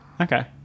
Okay